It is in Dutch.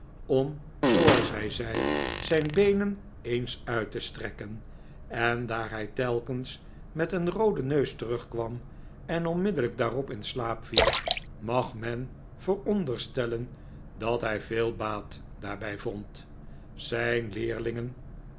om zooals hij zei zijn beenen eens uit te strekken en daar hij telkens met een rooden neus terugkwam en onmiddellijk daarna in slaap viel mag men veronderstellen dat hij veel baat daarbij vond zijn leerlingen